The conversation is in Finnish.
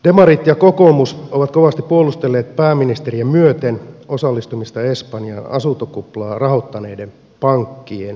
demarit ja kokoomus ovat kovasti puolustelleet pääministeriä myöten osallistumista espanjan asuntokuplaa rahoittaneiden pankkien tukemiseen